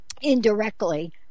indirectly